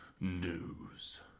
news